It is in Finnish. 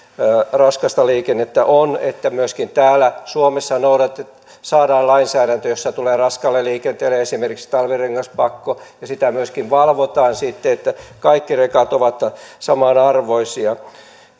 raskasta liikennettä on se että myöskin täällä suomessa saadaan lainsäädäntö jossa tulee raskaalle liikenteelle esimerkiksi talvirengaspakko ja sitä myöskin sitten valvotaan niin että kaikki rekat ovat samanarvoisia